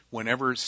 Whenever